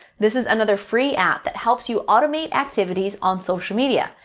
this is another free app that helps you automate activities on social media.